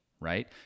Right